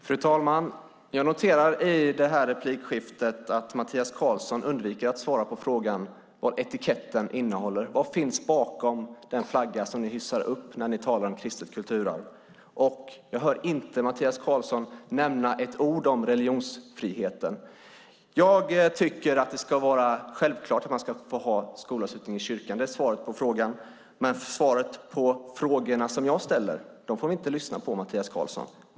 Fru talman! Jag noterar i det här replikskiftet att Mattias Karlsson undviker att svara på frågan vad etiketten innehåller. Vad finns bakom den flagga som ni hissar upp när ni talar om kristet kulturarv? Jag hör inte Mattias Karlsson nämna ett ord om religionsfriheten. Jag tycker att det är självklart att man ska få ha skolavslutning i kyrkan. Det är svaret på frågan. Men svaret på frågorna som jag ställer får vi inte lyssna på, Mattias Karlsson.